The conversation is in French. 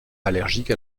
allergique